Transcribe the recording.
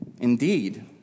Indeed